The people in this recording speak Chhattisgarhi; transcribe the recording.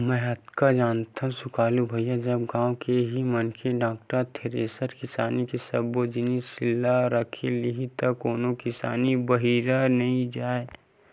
मेंहा अतका जानथव सुकालू भाई जब गाँव के ही मनखे टेक्टर, थेरेसर किसानी के सब्बो जिनिस ल रख लिही त कोनो किसान बाहिर नइ जाय